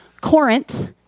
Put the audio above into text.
Corinth